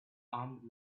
armed